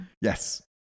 Yes